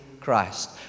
Christ